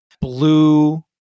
blue